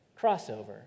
Crossover